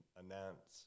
announce